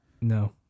No